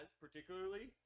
particularly